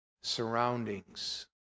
surroundings